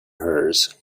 hers